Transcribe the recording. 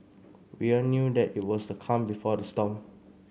we all knew that it was the calm before the storm